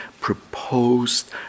proposed